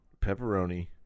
pepperoni